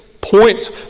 points